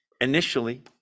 initially